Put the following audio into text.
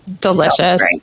delicious